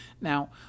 Now